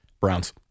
Browns